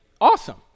awesome